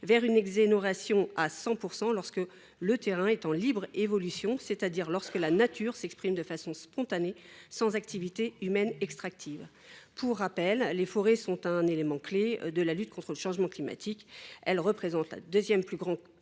vers une exonération à 100 % lorsque le terrain est laissé en libre évolution, c’est à dire lorsque la nature s’exprime de façon spontanée sans activité humaine extractive. Je rappelle que les forêts sont un élément clé de la lutte contre le changement climatique : elles constituent le deuxième puits de